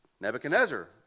Nebuchadnezzar